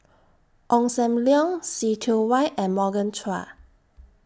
Ong SAM Leong See Tiong Wah and Morgan Chua